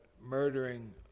murdering